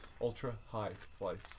Ultra-high-flights